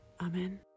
amen